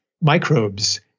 microbes